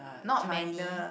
not many